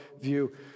view